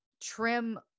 trim